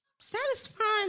Satisfying